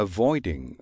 Avoiding